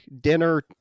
dinner